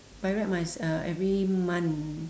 by right must uh every month